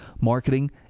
marketing